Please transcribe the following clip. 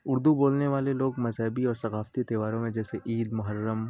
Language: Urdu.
اردو بولنے والے لوگ مذہبی اور ثقافتی تہواروں میں جیسے عید محرم